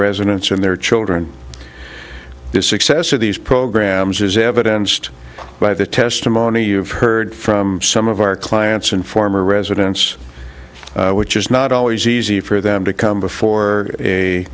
residents and their children this success of these programs is evidence to by the testimony you've heard from some of our clients and former residence which is not always easy for them to come before a